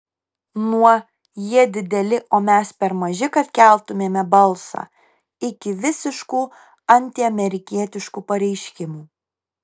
nuo jie dideli o mes per maži kad keltumėme balsą iki visiškų antiamerikietiškų pareiškimų